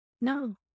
no